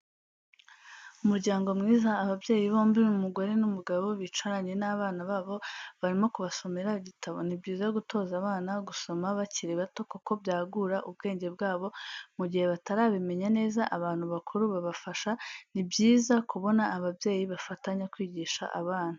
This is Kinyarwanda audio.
Umuryango mwiza ababyeyi bombi umugore n'umugabo bicaranye n'abana babo barimo kubasomera igitabo, ni byiza gutoza abana gusoma bakiri bato kuko byagura ubwenge bwabo mu gihe batarabimenya neza abantu bakuru babafasha, ni byiza kubona ababyeyi bafatanya kwigisha abana.